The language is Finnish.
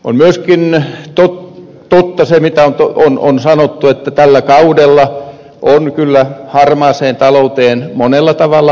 on myöskin totta se mitä on sanottu että tällä kaudella on kyllä harmaaseen talouteen monella tavalla puututtu